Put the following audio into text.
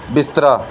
ਬਿਸਤਰਾ